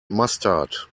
mustard